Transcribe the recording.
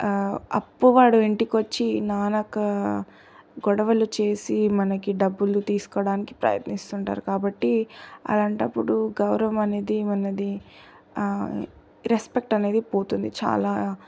అప్పువాడు ఇంటికి వచ్చి నానా గొడవలు చేసి మనకి డబ్బులు తీసుకోవడానికి ప్రయత్నిస్తూ ఉంటారు కాబట్టి అలాంటప్పుడు గౌరవం అనేది మనది రెస్పెక్ట్ అనేది పోతుంది చాలా